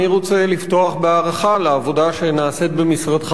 אני רוצה לפתוח בהערכה על העבודה שנעשית במשרדך